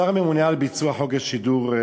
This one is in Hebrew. השר הממונה על ביצוע חוק רשות השידור,